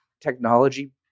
technology